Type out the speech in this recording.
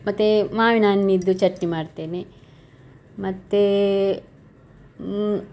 ಮತ್ತು ಮಾವಿನ ಹಣ್ಣಿಂದು ಚಟ್ನಿ ಮಾಡ್ತೇನೆ ಮತ್ತು